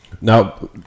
now